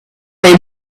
they